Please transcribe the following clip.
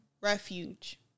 Refuge